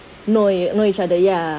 know you know each other ya